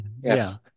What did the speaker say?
Yes